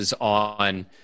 on